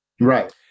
Right